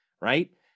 right